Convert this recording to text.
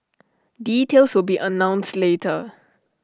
details will be announced later